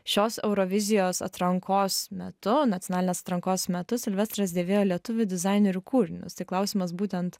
šios eurovizijos atrankos metu nacionalinės atrankos metu silvestras dėvėjo lietuvių dizainerių kūrinius tai klausimas būtent